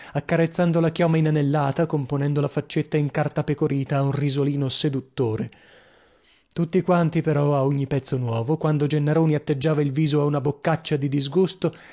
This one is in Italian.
accarezzando la chioma inanellata componendo la faccetta incartapecorita a un risolino seduttore tutti quanti però a ogni pezzo nuovo quando gennaroni atteggiava il viso a una boccaccia di disgusto